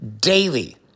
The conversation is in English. daily